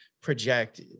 project